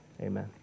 Amen